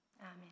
amen